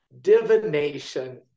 Divination